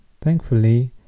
Thankfully